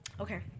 Okay